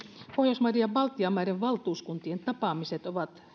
pohjoismaiden ja baltian maiden valtuuskuntien tapaamiset ovat